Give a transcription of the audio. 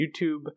YouTube